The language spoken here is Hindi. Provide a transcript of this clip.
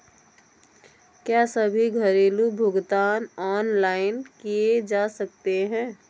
क्या सभी घरेलू भुगतान ऑनलाइन किए जा सकते हैं?